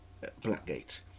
Blackgate